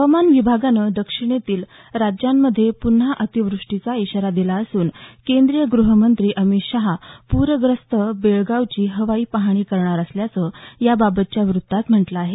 हवामान विभागानं दक्षिणेतील राज्यांमध्ये प्न्हा अतिवृष्टीचा इशारा दिला असून केंद्रीय ग्रहमंत्री अमित शहा पूरग्रस्त बेळगावची हवाई पाहणी करणार असल्याचं याबाबतच्या व्रत्तात म्हटलं आहे